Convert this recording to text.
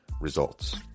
results